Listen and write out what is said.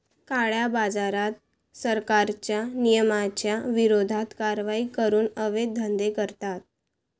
काळ्याबाजारात, सरकारच्या नियमांच्या विरोधात कारवाई करून अवैध धंदे करतात